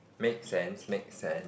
make sense make sense